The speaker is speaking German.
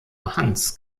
hans